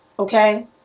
Okay